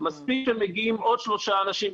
מספיק שמגיעים עוד שלושה אנשים,